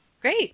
Great